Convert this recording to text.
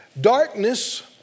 Darkness